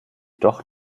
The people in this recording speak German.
doch